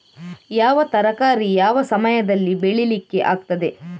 ಯಾವ ತರಕಾರಿ ಯಾವ ಸಮಯದಲ್ಲಿ ಬೆಳಿಲಿಕ್ಕೆ ಆಗ್ತದೆ?